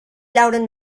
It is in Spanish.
lauren